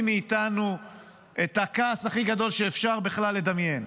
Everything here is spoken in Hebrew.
מאיתנו את הכעס הכי גדול שאפשר בכלל לדמיין,